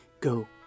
go